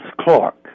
Clark